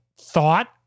thought